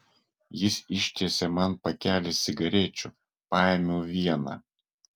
jis ištiesė man pakelį cigarečių paėmiau vieną